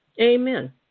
Amen